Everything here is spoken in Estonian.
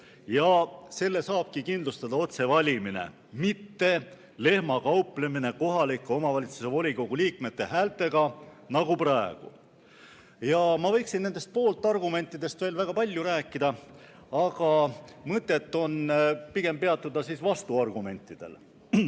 Selle saabki kindlustada otsevalimine, mitte lehmakauplemine kohaliku omavalitsuse volikogu liikmete häältega nagu praegu. Ma võiksin nendest pooltargumentidest veel väga palju rääkida, aga mõtet on pigem peatuda vastuargumentidel.